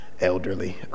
elderly